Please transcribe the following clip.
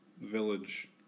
Village